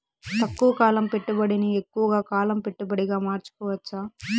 తక్కువ కాలం పెట్టుబడిని ఎక్కువగా కాలం పెట్టుబడిగా మార్చుకోవచ్చా?